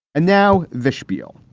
and now the spiel.